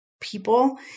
people